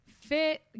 fit